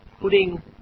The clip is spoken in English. putting